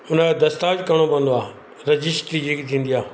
उनजा दस्तावेज करिणो पवंदो आहे रजीस्ट्री जेकी थींदी आहे